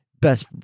best